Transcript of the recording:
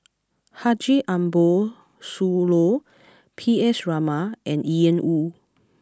Haji Ambo Sooloh P S Raman and Ian Woo